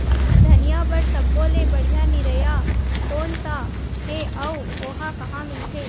धनिया बर सब्बो ले बढ़िया निरैया कोन सा हे आऊ ओहा कहां मिलथे?